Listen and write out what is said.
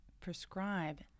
prescribe